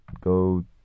go